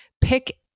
pick